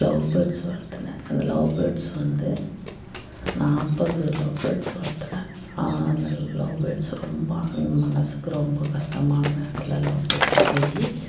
love birds வளர்த்துனேன் அந்த love birds வந்து நாற்பது லவ் பேர்ட்ஸ் வளர்த்துனேன் நான் அந்த லவ் பேர்ட்ஸ்ஸை ரொம்ப மனதுக்கு ரொம்ப கஷ்டமான நேரத்தில் லவ் பேர்ட்ஸ்ஸை போய்